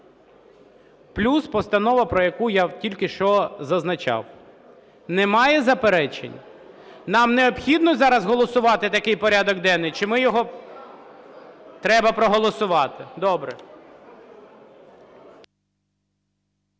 Плюс постанова, про яку я тільки що зазначав. Немає заперечень? Нам необхідно зараз голосувати такий порядок денний чи ми його… Треба проголосувати. Добре.